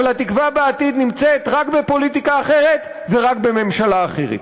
אבל התקווה בעתיד נמצאת רק בפוליטיקה אחרת ורק בממשלה אחרת.